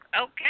okay